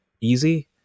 easy